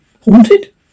haunted